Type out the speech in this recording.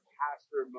pastor